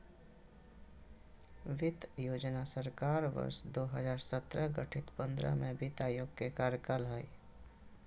वित्त योजना सरकार वर्ष दो हजार सत्रह गठित पंद्रह में वित्त आयोग के कार्यकाल हइ